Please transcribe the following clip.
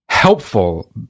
helpful